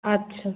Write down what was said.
আচ্ছা